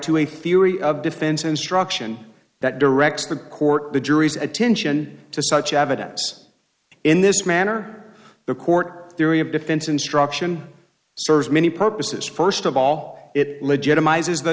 to a theory of defense instruction that directs the court the jury's attention to such evidence in this manner the court theory of defense instruction serves many purposes first of all it legitimizes the